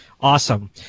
awesome